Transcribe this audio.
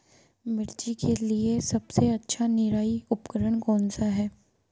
मिर्च के लिए सबसे अच्छा निराई उपकरण कौनसा है?